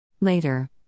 Later